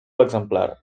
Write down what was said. exemplar